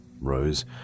Rose